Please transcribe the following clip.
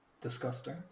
Disgusting